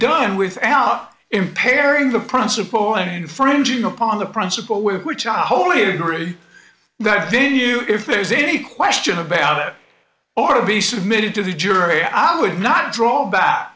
done with out impairing the principle and infringing upon the principle with which i wholly agree that venue if there's any question about it or to be submitted to the jury i would not draw back